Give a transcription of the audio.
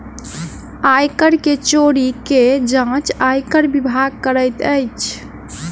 आय कर के चोरी के जांच आयकर विभाग करैत अछि